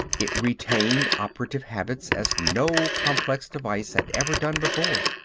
it retained operative habits as no complex device had ever done before.